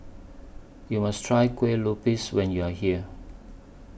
YOU must Try Kueh Lupis when YOU Are here